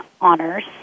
honors